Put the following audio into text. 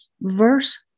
Verse